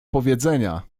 powiedzenia